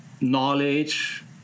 knowledge